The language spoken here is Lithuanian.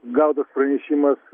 gautas pranešimas